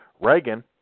Reagan